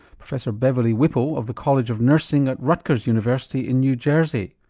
professor beverly whipple of the college of nursing at rutgers university in new jersey.